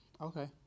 okay